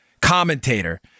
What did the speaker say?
commentator